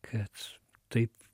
kad taip